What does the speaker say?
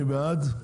מי בעד?